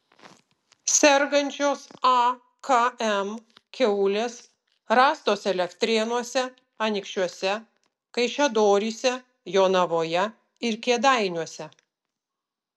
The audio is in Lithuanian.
sergančios akm kiaulės rastos elektrėnuose anykščiuose kaišiadoryse jonavoje ir kėdainiuose